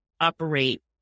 operate